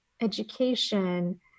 education